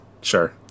Sure